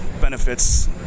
benefits